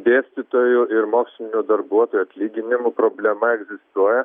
dėstytojų ir mokslinių darbuotojų atlyginimų problema egzistuoja